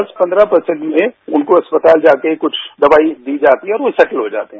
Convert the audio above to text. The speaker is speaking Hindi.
दस पन्नह परसेंट में उनको अस्पताल जाकर कुछ दवाई दी जाती है और वो सेटल हो जाते हैं